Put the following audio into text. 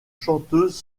chanteuse